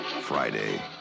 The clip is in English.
friday